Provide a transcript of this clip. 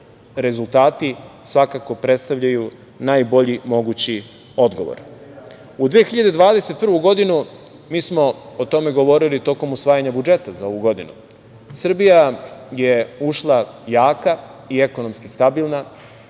rezultati svakako predstavljaju najbolji mogući odgovor.U 2021. godinu, mi smo o tome govorili tokom usvajanja budžeta za ovu godinu, Srbija je ušla jaka i ekonomski stabilna